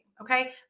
Okay